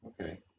Okay